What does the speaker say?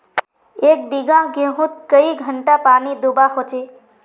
एक बिगहा गेँहूत कई घंटा पानी दुबा होचए?